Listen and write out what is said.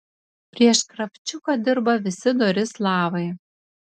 prieš kravčiuką dirba visi dori slavai